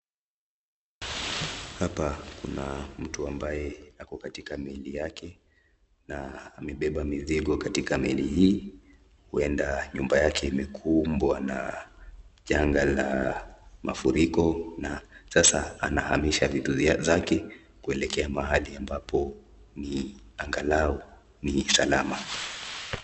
Hapa kuna mmtu ambaye ako katika meli yake na amebeba mizigo katika meli hii huenda nyumba yake imekumbwa na janga la mafuriko na sasa anahamisha vitu zake kuelekea mahali ambapo ni angalau ni salama.